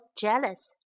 jealous